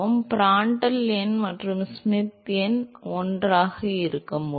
Prandtl எண் மற்றும் Schmidt எண் எப்போது ஒன்றாக இருக்க முடியும்